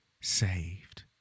saved